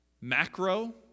macro